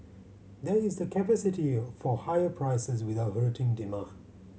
there is the capacity for higher prices without hurting demand